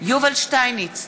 יובל שטייניץ,